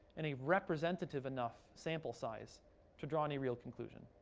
and a representative enough, sample size to draw any real conclusion?